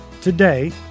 Today